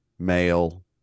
Male